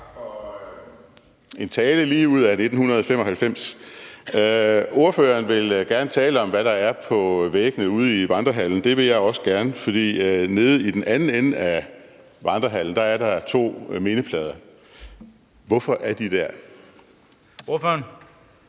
taget lige ud af 1995. Ordføreren vil gerne tale om, hvad der er på væggene ude i Vandrehallen. Det vil jeg også gerne, for nede i den anden ende af Vandrehallen er der to mindeplader. Hvorfor er de der? Kl.